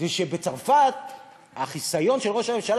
זה שבצרפת החיסיון של ראש הממשלה,